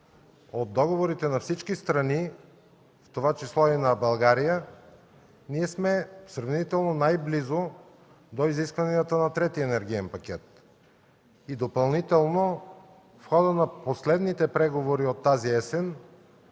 от договорите на всички страни, в това число и на България, ние сме сравнително най-близо до изискванията на Третия енергиен пакет. И допълнително – в хода на последните преговори от тази есен,